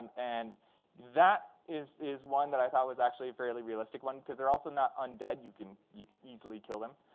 and that is is one that i thought was actually a fairly realistic one, because they're also not undead. you can you can easily kill them.